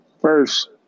first